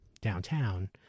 downtown